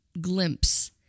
glimpse